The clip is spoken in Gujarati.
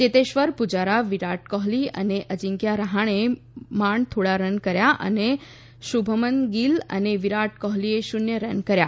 ચેતેશ્વર પૂજારા વિરાટ કોહલી અને અજિંક્યા રહાણેએ માંડ થોડા રન કર્યા અને શુભમન ગિલ અને વિરાટ કોહલીએ શૂન્ય રન કર્યા